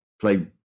play